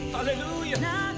Hallelujah